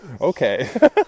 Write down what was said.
okay